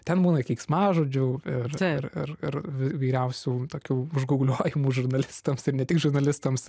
ten būna keiksmažodžių ir vyriausių tokių užgauliojimų žurnalistams ir ne tik žurnalistams